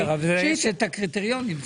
אבל יש את הקריטריונים.